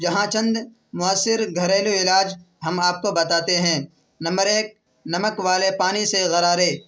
یہاں چند مؤثر گھریلو علاج ہم آپ کو بتاتے ہیں نمبر ایک نمک والے پانی سے غرارے